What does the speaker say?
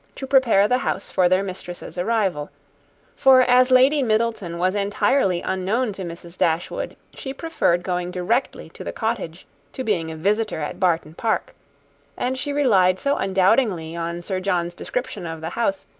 to prepare the house for their mistress's arrival for as lady middleton was entirely unknown to mrs. dashwood, she preferred going directly to the cottage to being a visitor at barton park and she relied so undoubtingly on sir john's description of the house,